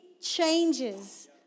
changes